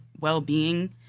well-being